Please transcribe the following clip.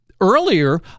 Earlier